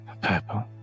Purple